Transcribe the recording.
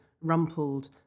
rumpled